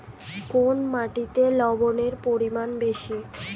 কোন মাটিতে লবণের পরিমাণ বেশি?